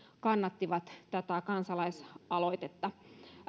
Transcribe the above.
kannattivat tätä kansalaisaloitetta